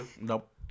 Nope